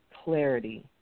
Clarity